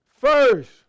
First